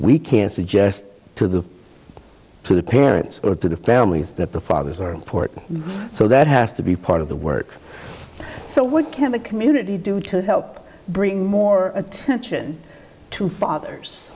we can suggest to the to the parents or to the families that the fathers are important so that has to be part of the work so what can the community do to help bring more attention to fathers